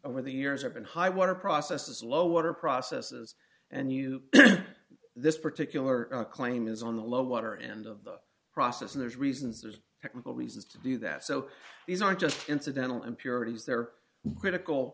over the years have been high water processes low water processes and you this particular claim is on the low water end of the process and there's reasons there's technical reasons to do that so these are just incidental impurities they're critical